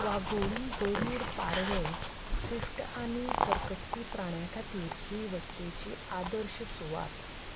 वागोळीं गरुड पारवे स्विफ्ट आनी सरकटपी प्राण्यां खातीर ही वसतेची आदर्श सुवात